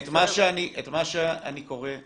את מה שאני קורא,